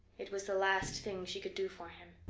it was the last thing she could do for him.